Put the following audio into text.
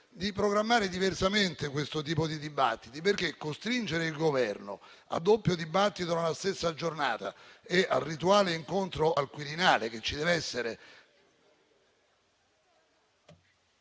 di programmare diversamente questo tipo di dibattiti. Costringere il Governo al doppio dibattito nella stessa giornata e al rituale incontro al Quirinale che ci deve essere...